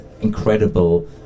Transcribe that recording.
incredible